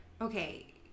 okay